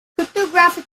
cryptographic